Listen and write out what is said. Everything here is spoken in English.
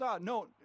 no